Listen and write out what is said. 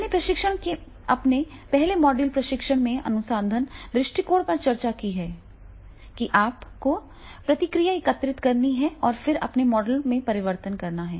मैंने प्रशिक्षण के अपने पहले मॉड्यूल प्रशिक्षण में अनुसंधान दृष्टिकोण पर चर्चा की है कि आपको प्रतिक्रिया एकत्र करनी है और फिर अपने मॉडल में परिवर्तन करना है